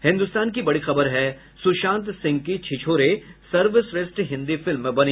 हिन्दुस्तान की बड़ी खबर है सुशांत सिंह की छिछोरे सर्वेश्रेष्ठ हिन्दी फिल्म बनी